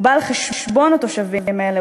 הוא בא על חשבון התושבים האלה,